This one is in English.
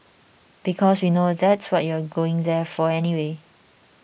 because we know that's what you're going there for anyway